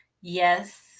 Yes